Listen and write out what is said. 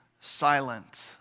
silent